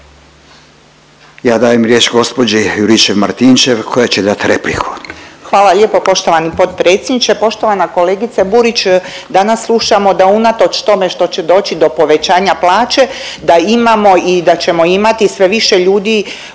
će dat repliku. **Juričev-Martinčev, Branka (HDZ)** Hvala lijepo poštovani potpredsjedniče. Poštovana kolegice Burić, danas slušamo da unatoč tome što će doći do povećanja plaće da imamo i da ćemo imati sve više ljudi